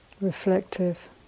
Reflective